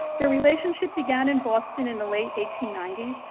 their relationship began in boston in the late eighteen ninety s,